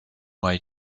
way